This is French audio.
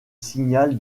signal